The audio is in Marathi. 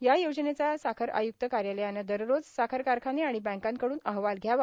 या योजनेचा साखर आयुक्त कार्यालयानं दररोज साखर कारखाने आणि बँकांकडून अहवाल घ्यावा